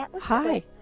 Hi